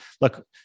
look